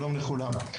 שלום לכולם.